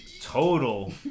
total